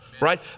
right